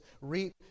reap